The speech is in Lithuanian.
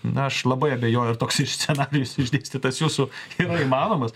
na aš labai abejoju ar toksai scenarijus išdėstytas jūsų yra įmanomas